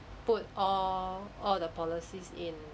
put all all the policies in